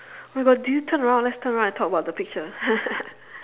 oh my god do you turn around let's turn around and talk about the picture